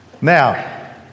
Now